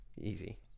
Easy